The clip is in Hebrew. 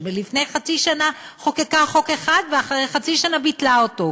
או שלפני חצי שנה חוקקה חוק אחד ואחרי חצי שנה ביטלה אותו,